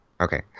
Okay